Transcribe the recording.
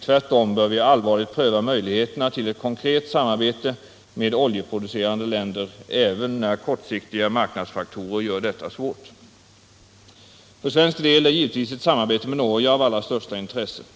Tvärtom bör vi allvarligt pröva möjligheterna till ett konkret samarbete med oljeproducerande länder, även när kortsiktiga marknadsfaktorer gör detta svårt. För svensk del är givetvis ett samarbete med Norge av allra största intresse.